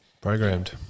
Programmed